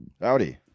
Howdy